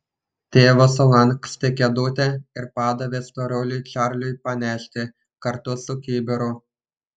tėvas sulankstė kėdutę ir padavė storuliui čarliui panešti kartu su kibiru